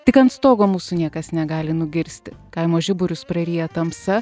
tik ant stogo mūsų niekas negali nugirsti kaimo žiburius praryja tamsa